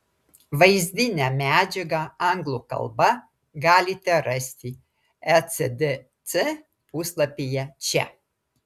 vaizdinę medžiagą anglų kalba galite rasti ecdc puslapyje čia